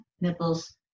nipples